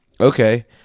okay